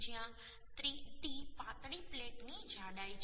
જ્યાં t પાતળી પ્લેટની જાડાઈ છે